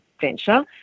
venture